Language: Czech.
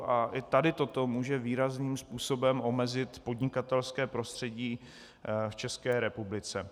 A i tady toto může výrazným způsobem omezit podnikatelské prostředí v České republice.